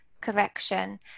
correction